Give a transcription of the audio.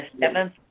Seventh